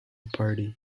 party